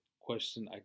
question